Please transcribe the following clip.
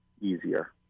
easier